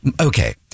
okay